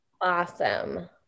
Awesome